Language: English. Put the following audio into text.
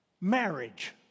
marriage